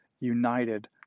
united